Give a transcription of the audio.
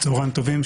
צוהריים טובים.